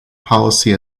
policy